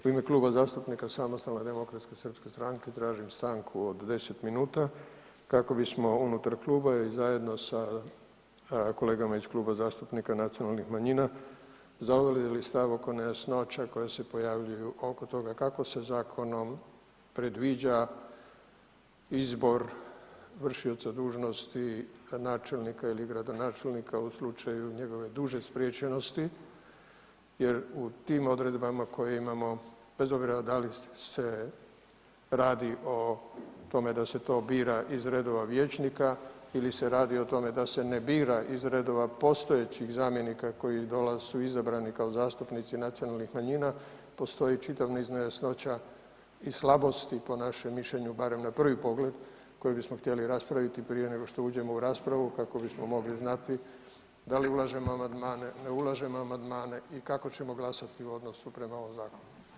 U ime Kluba zastupnika SDSS-a tražim stanku od 10 minuta kako bismo unutar kluba i zajedno sa kolegama iz Kluba zastupnika nacionalnih manjina zauzeli stav oko nejasnoća koje se pojavljuju oko toga kako se zakonom predviđa izbor vršioca dužnosti načelnika ili gradonačelnika u slučaju njegove duže spriječenosti jer u tim odredbama koje imamo, bez obzira da li se radi o tome da se to bira iz redova vijećnika ili se radi o tome da se ne bira iz redova postojećih zamjenika koji su izabrani kao zastupnici nacionalnih manjina postoji čitav niz nejasnoća i slabosti, po našem mišljenju barem na prvi pogled, koje bismo htjeli raspraviti prije nego što uđemo u raspravu kako bismo mogli znati da li ulažemo amandmane, ne ulažemo amandmane i kako ćemo glasati u odnosu prema ovom zakonu.